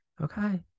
Okay